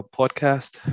podcast